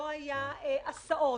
לא היו הסעות.